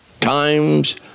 Times